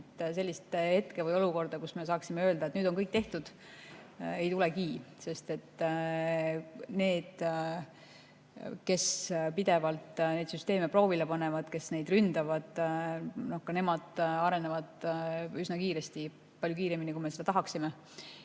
Sellist hetke või olukorda, kus me saaksime öelda, et nüüd on kõik tehtud, ei tulegi, sest need, kes pidevalt neid süsteeme proovile panevad, kes neid ründavad, arenevad ka üsna kiiresti. Palju kiiremini, kui me tahaksime.